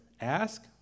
ask